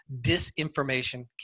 disinformation